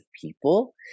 people